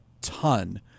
ton